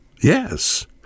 Yes